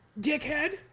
Dickhead